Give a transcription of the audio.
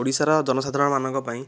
ଓଡ଼ିଶାର ଜନସାଧାରଣ ମାନଙ୍କ ପାଇଁ